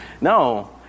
No